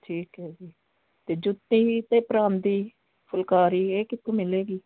ਠੀਕ ਹੈ ਜੀ ਅਤੇ ਜੁੱਤੀ ਅਤੇ ਪਰਾਂਦੀ ਫੁਲਕਾਰੀ ਇਹ ਕਿੱਥੋਂ ਮਿਲੇਗੀ